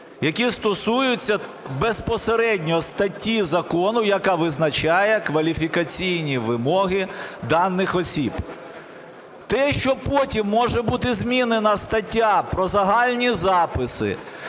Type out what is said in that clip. які стосуються безпосередньо статті закону, яка визначає кваліфікаційні вимоги даних осіб? Те, що потім може бути змінена стаття про загальні записи,